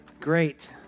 Great